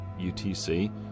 UTC